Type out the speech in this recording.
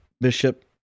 Bishop